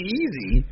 easy